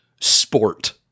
Sport